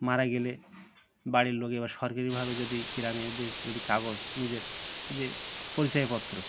মারা গেলে বাড়ির লোকে বা সরকারিভাবে যদি গ্রামেদের যদি কাগজ নিজের যে পরিচয়পত্র